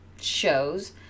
shows